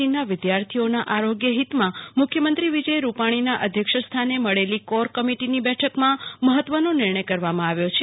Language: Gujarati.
સી વિધાર્થીઓના આરોગ્ય હિતમાં મુખ્યમંત્રી વિજય રૂપાણીના અધ્યક્ષસ્થાને મળેલી કોર કમિટીની બેઠકમાં મહત્વનો નિર્ણય કરવામાં આવ્યો છે